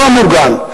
לא מוגן.